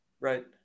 Right